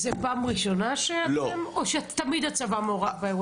פעם ראשונה שאתם מעורבים או שתמיד הצבא מעורב באירוע?